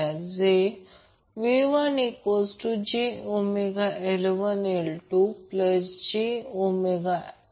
तर त्यावरून आपण असे लिहू शकतो की 12 CVmax 2 12 LI max2 ज्यामधून आपल्याला नंतर Q0 ω0LR मिळते ते 1ω0CR असे लिहिले जाऊ शकते